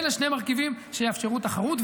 אלה שני מרכיבי שיאפשרו תחרות.